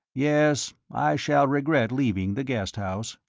yes, i shall regret leaving the guest house.